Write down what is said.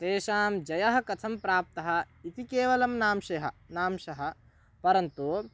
तेषां जयः कथं प्राप्तः इति केवलं नांशः नांशः परन्तु